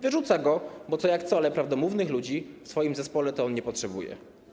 Wyrzuca go, bo co jak co, ale prawdomównych ludzi w swoim zespole to on nie potrzebuje.